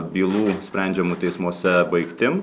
bylų sprendžiamų teismuose baigtim